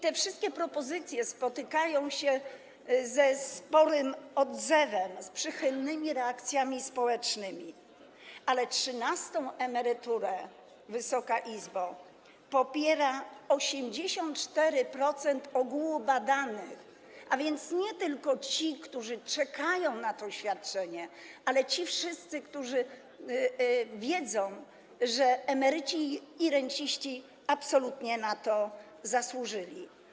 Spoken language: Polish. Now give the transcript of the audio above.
Te wszystkie propozycje spotykają się ze sporym odzewem, z przychylnymi reakcjami społecznymi, ale trzynastą emeryturę, Wysoka Izbo, popiera 84% ogółu badanych, a więc nie tylko ci, którzy czekają na to świadczenie, ale ci wszyscy, którzy wiedzą, że emeryci i renciści absolutnie na to zasłużyli.